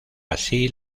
así